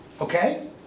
Okay